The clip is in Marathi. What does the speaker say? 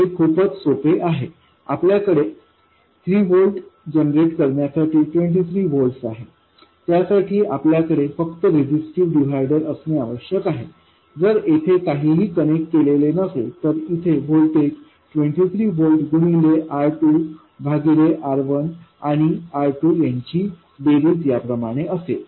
हे खूपच सोपे आहे आपल्याकडे 3 व्होल्ट जनरेट करण्यासाठी 23 व्होल्ट्स आहेत त्यासाठी आपल्याकडे फक्त रेजिस्टीव्ह डिव्हायडर असणे आवश्यक आहे जर येथे काहीही कनेक्ट केलेले नसेल तर इथे हे व्होल्टेज 23 व्होल्ट गुणिले R2भागिले R1आणि R2यांची बेरीज याप्रमाणे असेल